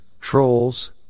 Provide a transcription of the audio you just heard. trolls